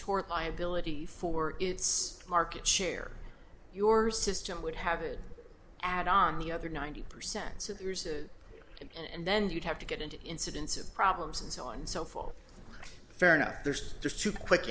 tort liability for its market share your system would have it add on the other ninety percent so there's a and then you'd have to get an incidence of problems and so on and so forth fair enough there's just two quick